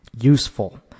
useful